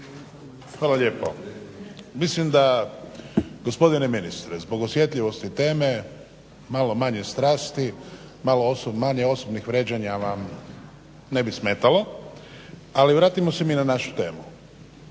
Hvala lijepa. Mislim da gospodine ministre, zbog osjetljivosti teme malo manje strasti, manje osobnih vrijeđanja vam ne bi smetalo, ali vratimo se mi na našu temu.